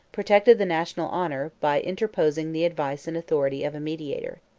protected the national honor, by interposing the advice and authority of a mediator.